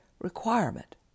requirement